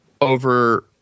over